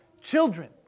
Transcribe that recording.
children